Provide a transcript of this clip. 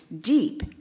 deep